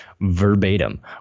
verbatim